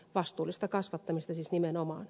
vastuullista kasvattamista siis nimenomaan